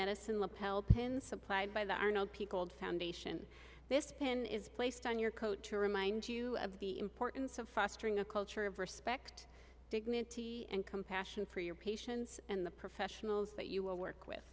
pin supplied by the arnold peopled foundation this pin is placed on your coat to remind you of the importance of fostering a culture of respect dignity and compassion for your patients and the professionals that you will work with